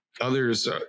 Others